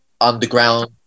underground